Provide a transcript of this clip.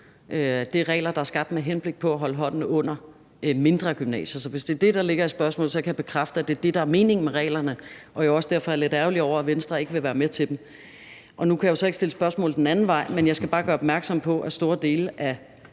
– er regler, der er skabt med henblik på at holde hånden under mindre gymnasier. Så hvis det er det, der ligger i spørgsmålet, kan jeg bekræfte, at det er det, der er meningen med reglerne, og det er jo også derfor, at jeg er lidt ærgerlig over, at Venstre ikke vil være med til dem. Nu kan jeg så ikke stille spørgsmål den anden vej, men jeg skal bare gøre opmærksom på, at i store dele af